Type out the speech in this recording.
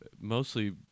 mostly